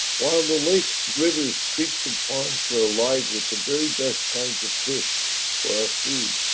while the lakes, rivers creeks and patents were alive with the very best kinds of fish for our food.